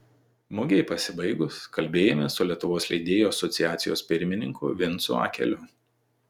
mugei pasibaigus kalbėjomės su lietuvos leidėjų asociacijos pirmininku vincu akeliu